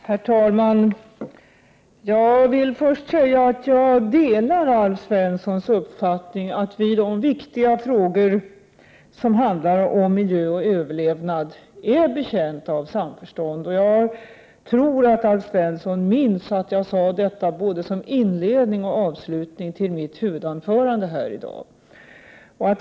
Herr talman! Jag delar Alf Svenssons uppfattning att vi i de viktiga frågor som handlar om miljö och överlevnad är betjänta av samförstånd. Jag tror att Alf Svensson minns att jag sade detta både som inledning och som avslutning till mitt huvudanförande här i dag.